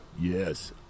Yes